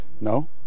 No